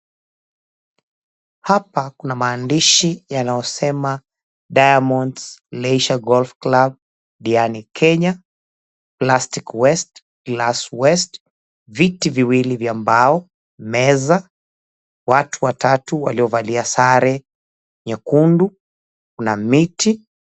Hapa kuna maandishi yanayosema, "Diamonds Leisure Golf Club, Diani, Kenya, Plastic waste, Glass waste," viti viwili vya mbao, meza, watu watatu waliovalia sare nyekundu, kuna miti.